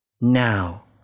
Now